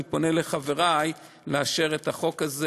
אני קורא לחברי לאשר את החוק הזה